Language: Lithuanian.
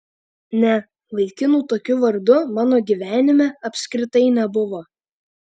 ne vaikinų tokiu vardu mano gyvenime apskritai nebuvo